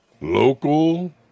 Local